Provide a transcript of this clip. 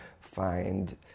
find